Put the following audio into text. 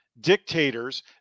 dictators